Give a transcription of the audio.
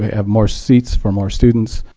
have more seats for more students,